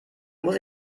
muss